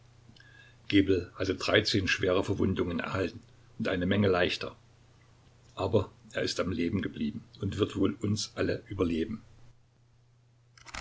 hatte dreizehn schwere verwundungen erhalten und eine menge leichter aber er ist am leben geblieben und wird wohl uns alle überleben